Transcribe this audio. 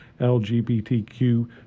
LGBTQ